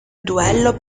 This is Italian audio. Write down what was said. duello